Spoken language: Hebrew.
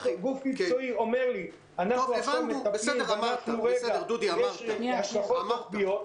אם גוף מקצועי אומר לי: אנחנו עכשיו מטפלים ויש לזה השלכות רוחביות,